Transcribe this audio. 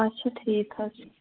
اَچھا ٹھیٖک حظ چھُ